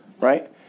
Right